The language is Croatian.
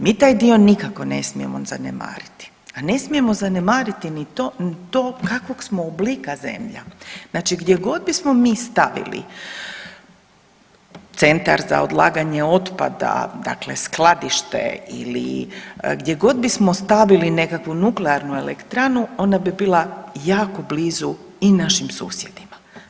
Mi taj dio nikako ne smijemo zanemariti, a ne smijemo zanemariti ni to kakvog smo oblika zemlja, znači gdje god bismo mi stavili centar za odlaganje otpada, dakle skladište ili gdje bismo god stavili nekakvu nuklearnu elektranu ona bi bila jako blizu i našim susjedima.